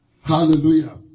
Hallelujah